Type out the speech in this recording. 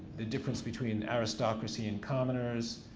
the difference between aristocracy and commoners,